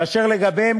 ואשר לגביהם,